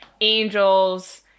Angels